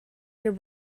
your